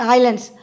Islands